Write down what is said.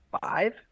five